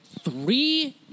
three